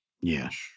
Yes